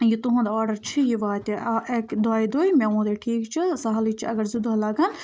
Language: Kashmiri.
یہِ تُہُنٛد آرڈر چھِ یہِ واتہِ اَکہِ دۄیہِ دُے مےٚ ووٚن ٹھیٖک چھُ سَہلٕے چھِ اگر زٕ دۄہ لَگن